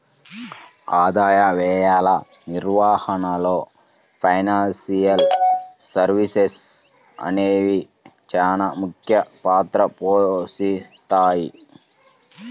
ఆదాయ వ్యయాల నిర్వహణలో ఫైనాన్షియల్ సర్వీసెస్ అనేవి చానా ముఖ్య పాత్ర పోషిత్తాయి